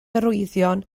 arwyddion